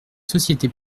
sociétés